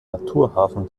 naturhafen